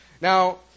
Now